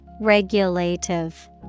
Regulative